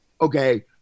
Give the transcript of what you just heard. okay